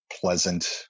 pleasant